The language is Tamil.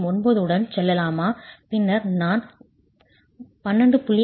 09 உடன் செல்லலாமா பின்னர் நான் 12